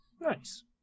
Nice